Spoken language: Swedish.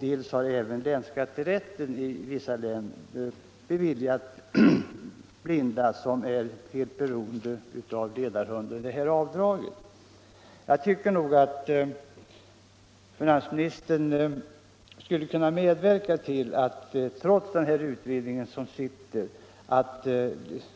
dels har länsskatterätterna i vissa län beviljat blinda som är helt beroende av ledarhund det här avdraget. Jag tycker att finansministern skulle kunna medverka till en ändring av gällande bestämmelser, trots den sittande utredningen.